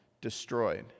destroyed